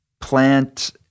plant